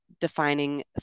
defining